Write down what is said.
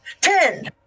Ten